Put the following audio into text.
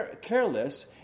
careless